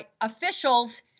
officials